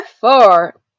four